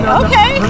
okay